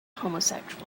homosexual